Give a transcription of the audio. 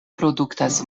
produktas